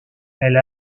elle